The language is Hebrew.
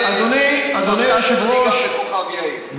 בכוכב יאיר,